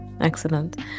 excellent